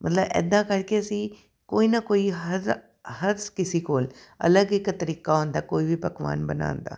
ਮਤਲਬ ਇੱਦਾਂ ਕਰਕੇ ਅਸੀਂ ਕੋਈ ਨਾ ਕੋਈ ਹਰ ਹਰ ਕਿਸੀ ਕੋਲ ਅਲੱਗ ਇੱਕ ਤਰੀਕਾ ਹੁੰਦਾ ਕੋਈ ਵੀ ਪਕਵਾਨ ਬਣਾਉਣ ਦਾ